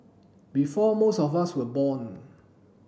before most of us were born